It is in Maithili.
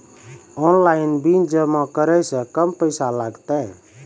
ऑनलाइन बिल जमा करै से कम पैसा लागतै?